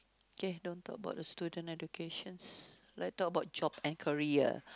K don't talk about the student educations like talk about job and career